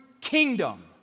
kingdom